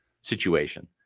situation